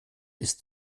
ist